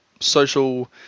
social